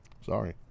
sorry